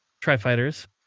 tri-fighters